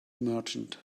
merchant